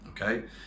okay